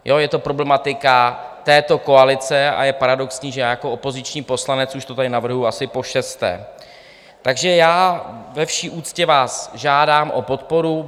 Jo, je to problematika této koalice a je paradoxní, že já jako opoziční poslanec už to tady navrhuji asi pošesté, takže ve vší úctě vás žádám o podporu.